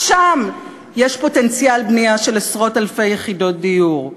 רק שם יש פוטנציאל בנייה של עשרות אלפי יחידות דיור.